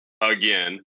again